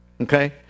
okay